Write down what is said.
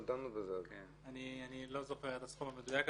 אני לא זוכר את הסכום המדויק,